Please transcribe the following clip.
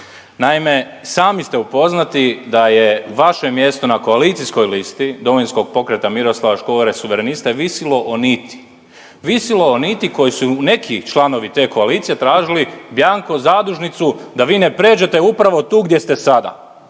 naime sami ste upoznati da je vaše mjesto na koalicijskoj listi Domovinskog pokreta Miroslava Škore suvereniste visilo o niti. Visilo o niti koju su neki članovi te koalicije tražili bianco zadužnicu da vi ne pređete upravo tu gdje ste sada.